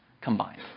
combined